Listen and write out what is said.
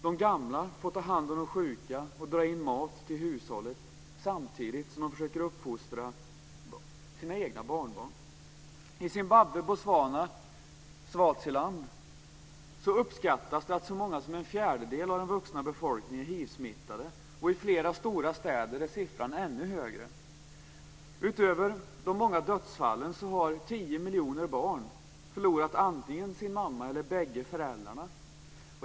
De gamla får ta hand om de sjuka och dra in mat till hushållet samtidigt som de försöker uppfostra sina egna barnbarn. I Zimbabwe, Botswana och Swaziland uppskattas det att så många som en fjärdedel av den vuxna befolkningen är hivsmittade, och i flera stora städer är siffran ännu högre. Utöver de många dödsfallen har tio miljoner barn förlorat antingen sin mamma eller bägge sina föräldrar.